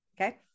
Okay